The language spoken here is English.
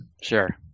Sure